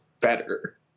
better